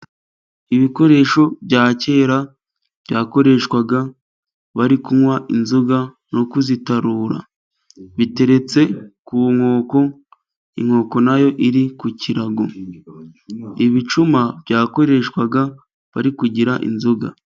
Ibikoresho bya kera byakoreshwaga bari kunywa inzoga no kuzitarura, biteretse ku nkoko, inkoko nayo iri ku kirago. Ibicuma byakoreshwaga bari kugira inzoga.